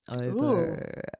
over